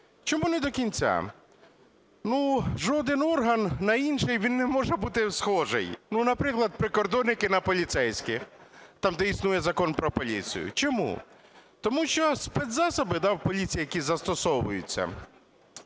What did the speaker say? Чому не до кінця? Жоден орган на інший, він не може бути схожий. Ну наприклад, прикордонники на поліцейських, там де існує Закон про поліцію. Чому? Тому що спецзасоби в поліції, які застосовуються,